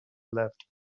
left